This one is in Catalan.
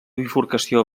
bifurcació